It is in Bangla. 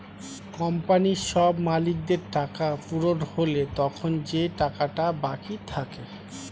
কোম্পানির সব মালিকদের টাকা পূরণ হলে তখন যে টাকাটা বাকি থাকে